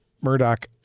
Murdoch